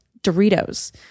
Doritos